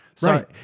Right